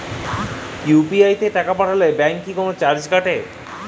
UPI তে টাকা পাঠালে ব্যাংক কি কোনো চার্জ কাটে?